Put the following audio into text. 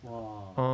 !wah!